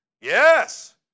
Yes